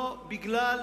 לא בגלל